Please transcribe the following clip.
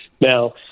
Now